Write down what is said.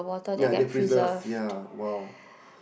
ya they preserve ya !wow!